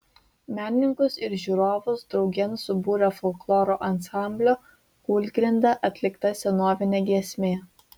menininkus ir žiūrovus draugėn subūrė folkloro ansamblio kūlgrinda atlikta senovinė giesmė